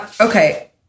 okay